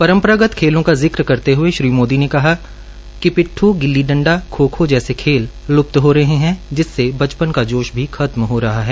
परंपरागत खेलों का जिक करते हुए श्री मोदी ने कहा कि पिट्ठ गिल्लि डंडा खो खो जैसे खेल लुप्त हो रहे हैं जिससे बचपन का जोश भी खत्म हो रहा है